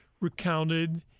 recounted